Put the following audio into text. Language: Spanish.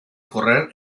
correr